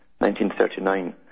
1939